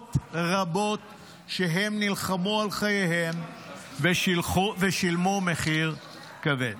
שעות רבות שהם נלחמו על חייהם ושילמו מחיר כבד.